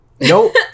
Nope